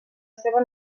seva